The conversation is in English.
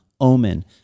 omen